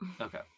Okay